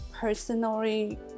personally